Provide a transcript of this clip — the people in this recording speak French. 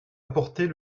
apporter